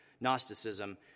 Gnosticism